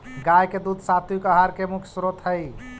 गाय के दूध सात्विक आहार के मुख्य स्रोत हई